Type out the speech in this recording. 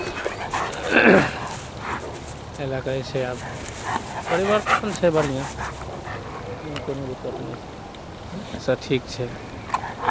एहि लए कऽ जे छै आब परिवर्तन छै बढ़िआँ एहिमे कोनो दिक्कत नहि छै सभ ठीक छै